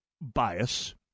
bias